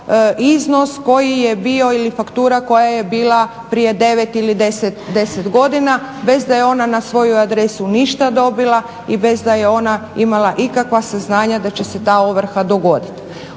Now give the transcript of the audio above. iznos koji je bio ili faktura koja je bila prije 9 ili 10 godina, bez da je ona na svoju adresu ništa dobila i bez da je ona imala ikakva saznanja da će se ta ovrha dogoditi.